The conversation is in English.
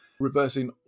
reversing